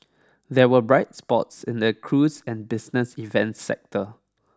there were bright spots in the cruise and business events sectors